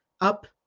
up